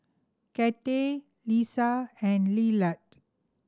Kathy Lesa and Lillard